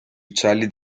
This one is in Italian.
uccelli